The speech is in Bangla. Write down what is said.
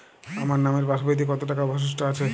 আমার নামের পাসবইতে কত টাকা অবশিষ্ট আছে?